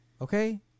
Okay